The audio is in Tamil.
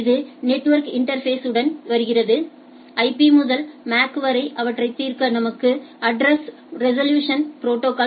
இது நெட்வொர்க் இன்டா்ஃபேஸ் உடன் வருகிறது ஐபி முதல் எம்ஏசி வரை அவற்றைத் தீர்க்க நமக்கு அட்ரஸ் ரெசொலூஷன் ப்ரோடோகால்